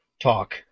Talk